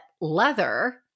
leather